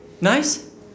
Nice